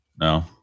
No